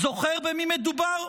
זוכר במי מדובר?